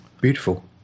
Beautiful